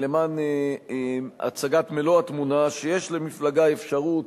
למען הצגת מלוא התמונה: יש למפלגה אפשרות